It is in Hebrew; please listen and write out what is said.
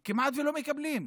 הם כמעט שלא מקבלים.